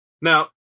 Now